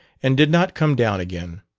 and did not come down again.